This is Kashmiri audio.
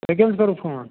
تُہۍ کٔمِس کوٚروٕ فون